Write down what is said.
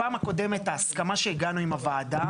בפעם הקודמת ההסכמה שהגענו אליה עם הוועדה,